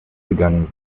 gegangen